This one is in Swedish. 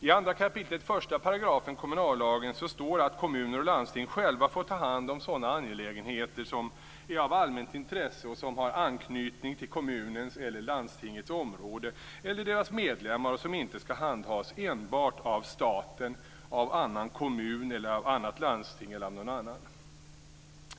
I 2 kap. 1 § kommunallagen står det att kommuner och landsting själva får ta hand om sådana angelägenheter som är av allmänt intresse och som har anknytning till kommunens eller landstingets område eller till deras medlemmar och som inte skall handhas enbart av staten, av annan kommun, av annat landsting eller av någon annan.